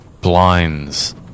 blinds